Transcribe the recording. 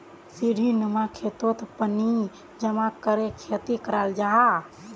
सीढ़ीनुमा खेतोत पानी जमा करे खेती कराल जाहा